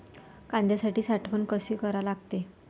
कांद्याची साठवन कसी करा लागते?